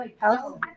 Health